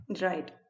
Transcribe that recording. Right